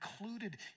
included